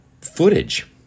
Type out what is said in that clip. footage